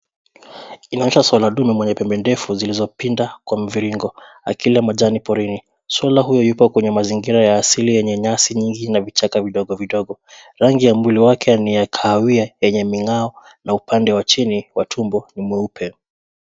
Inaonyesha swara ndume mwenye pembe zilizopinda kwa mviringo akila majani porini. Swara huyu yupo kwenye mazingira ya asili ambayo yenye nyasi nyingi na vichaka vidogo vidogo rangi ya mwili wake niya kahawia yenye umengaa na upande wa chini wa tumbo nimweupe.